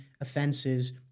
offenses